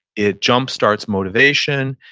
it jumpstarts motivation.